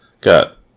got